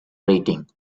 rating